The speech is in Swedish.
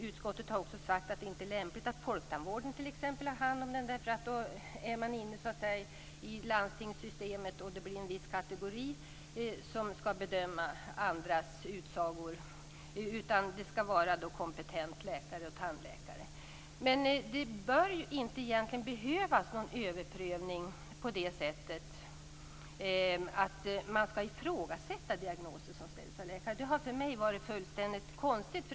Utskottet har också sagt att det inte är lämpligt att t.ex. folktandvården har hand om detta, eftersom man då är inne i landstingssystemet, och det blir en viss kategori som skall göra bedömningar av andras utsagor. Det skall vara kompetenta läkare och tandläkare som har hand om detta. Det skall ju egentligen inte behövas någon överprövning därför att man ifrågasätter diagnoser som har ställts av läkare. Jag tycker att det är konstigt.